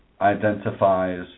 identifies